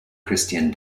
christian